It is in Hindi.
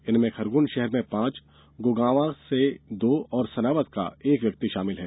इनमें खरगौन शहर के पांच गोगांवा के दो और सनावद का एक व्यक्ति शामिल है